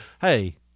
hey